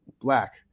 black